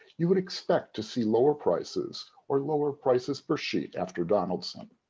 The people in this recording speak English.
you would expect to see lower prices or lower prices per sheet after donaldson.